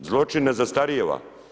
Zločin ne zastarijeva.